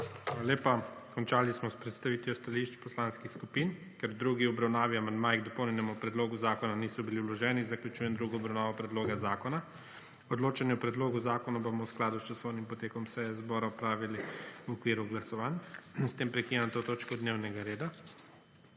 lepa. Končali smo s predstavitvijo stališč poslanskih skupin. Ker v drugi obravnavi amandmaji k dopolnjenemu predlogu zakona niso bili vloženi, zaključujem drugo obravnavo predloga zakona. Odločanje o predlogu zakona bomo v skladu s časovnim potekom seje zbora opravili v okviru glasovanj. In s tem prekinjam to točko dnevnega reda.